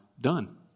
done